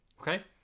okay